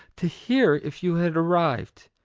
to hear if you had arrived.